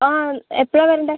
ആ എപ്പോഴാണ് വരേണ്ടത്